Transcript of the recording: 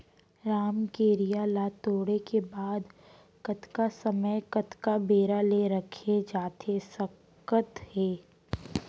रमकेरिया ला तोड़े के बाद कतका समय कतका बेरा ले रखे जाथे सकत हे?